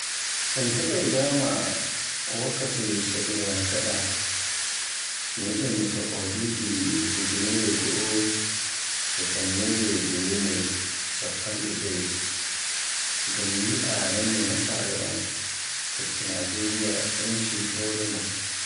Somi heɓaay dama wakkati so'irayam daga, mi yaɗaay mi so'o duɓi ujirere goo e tammere jewenay, e chappanɗe jewegoo, ngam mi yi'a non no nasara'en kokki Najeriya yenci hore mum.